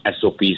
SOPs